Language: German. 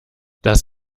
das